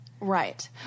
Right